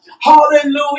Hallelujah